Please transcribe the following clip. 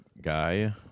guy